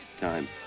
time